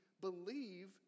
believe